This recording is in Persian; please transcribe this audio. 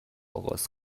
آغاز